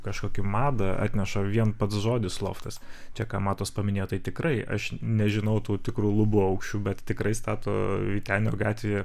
kažkokį mada atneša vien pats žodis loftas čia ką matas paminėjo tai tikrai aš nežinau tų tikrų lubų aukščio bet tikrai stato vytenio atvėje